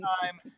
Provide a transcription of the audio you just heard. time